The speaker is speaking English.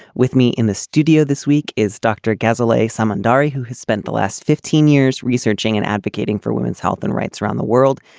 with me in the studio this week is dr. ghazali some in dari who has spent the last fifteen years researching and advocating for women's health and rights around the world.